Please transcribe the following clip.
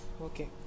Okay